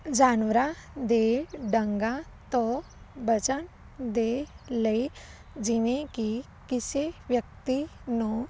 ਜਾਨਵਰਾਂ ਦੇ ਡੰਗਾਂ ਤੋਂ ਬਚਣ ਦੇ ਲਈ ਜਿਵੇਂ ਕਿ ਕਿਸੇ ਵਿਅਕਤੀ ਨੂੰ